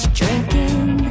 drinking